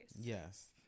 Yes